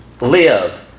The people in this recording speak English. live